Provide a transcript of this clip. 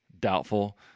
Doubtful